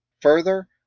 further